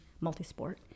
multi-sport